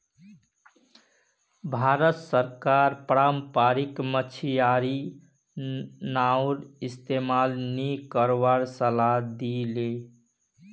भारत सरकार पारम्परिक मछियारी नाउर इस्तमाल नी करवार सलाह दी ले